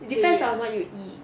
depends on what you eat